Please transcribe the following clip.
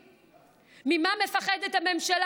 הבין-לאומיים כדי שיתערבו לביטול החוק הזה.